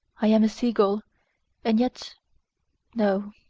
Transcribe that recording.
i am a sea-gull and yet no.